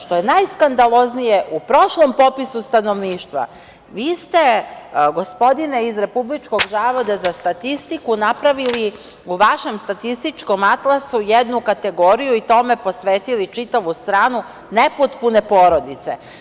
Što je najskandaloznije, u prošlom popisu stanovništva vi ste, gospodine iz Republičkog zavoda za statistiku, napravili u vašem statističkom atlasu jednu kategoriju, i tome posvetili čitavu stranu, nepotpune porodice.